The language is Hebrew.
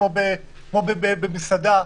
כמו במסעדה,